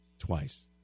Twice